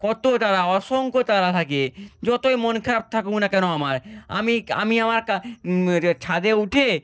কত্ত তারা অসংখ্য তারা থাকে যতই মন খারাপ থাকুক না কেন আমার আমি আমি আমার কা ছাদে উঠে